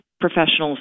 professionals